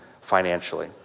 financially